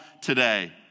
today